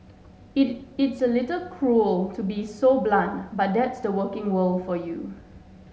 it it's a little cruel to be so blunt but that's the working world for you